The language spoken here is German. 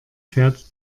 fährt